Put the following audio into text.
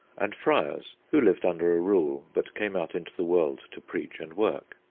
and friars, who lived under a rule but came out into the world to preach and work.